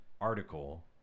article